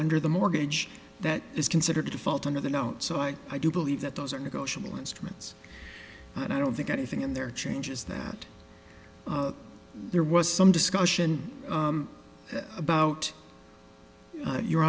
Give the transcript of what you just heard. under the mortgage that is considered a default under the note so i i do believe that those are negotiable instruments but i don't think anything in there changes that there was some discussion about your